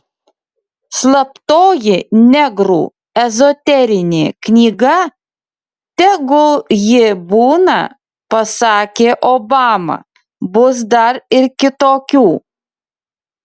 slaptoji negrų ezoterinė knyga tegul ji būna pasakė obama bus dar ir kitokių